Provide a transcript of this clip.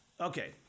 Okay